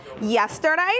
Yesterday